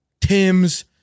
Tims